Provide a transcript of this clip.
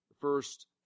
first